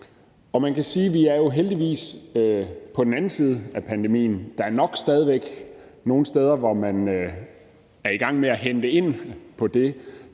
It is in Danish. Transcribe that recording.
Man kan sige, at vi jo heldigvis er på den anden side af pandemien. Der er nok stadig væk nogle steder, hvor man er i gang med at hente ind på det,